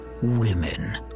women